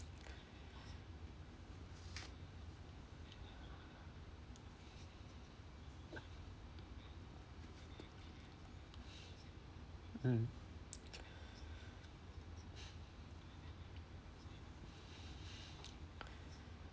mm